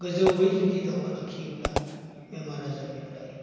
गोजौयै जुदि दाउआ लाखियोब्ला बेमार आजारनिफ्राय